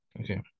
okay